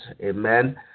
amen